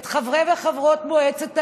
את חברי וחברות מועצת העיר,